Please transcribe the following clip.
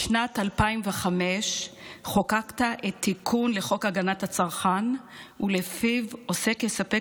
בשנת 2005 חוקקת את התיקון לחוק הגנת הצרכן שלפיו עוסק יספק